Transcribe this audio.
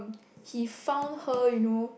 he found her you know